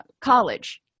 college